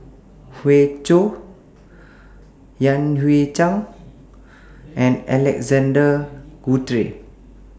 Hoey Choo Yan Hui Chang and Alexander Guthrie